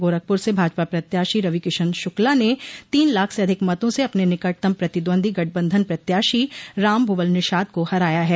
गोरखपुर से भाजपा प्रत्याशी रविकिशन शुक्ला ने तीन लाख से अधिक मतों से अपने निकटतम प्रतिद्वंदी गठबंधन प्रत्याशी राम भुवल निषाद को हराया है